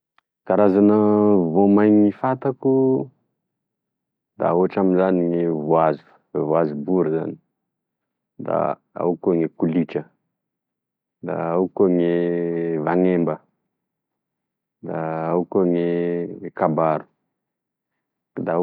Karana voamainy fantako da ohatry amzany gne voanzo- voanzobory zany, da ao koa gne kolitra, da ao koa gne vanemba, da ao koa gne kabaro.